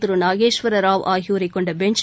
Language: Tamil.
திரு நாகேஷ்வரராவ் ஆகியோரை கொண்ட பெஞ்ச்